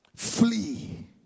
Flee